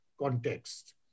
context